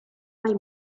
mai